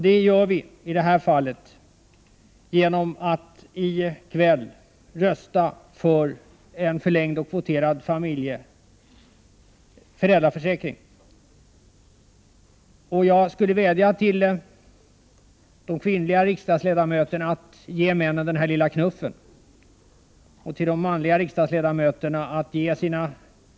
Det gör vi i det här fallet genom att i kväll rösta för en förlängd och kvoterad föräldraförsäkring. Jag vädjar till de kvinnliga riksdagsledamöterna att ge männen den här lilla knuffen och till de manliga riksdagsledamöterna att ge sina medbröder den här chansen.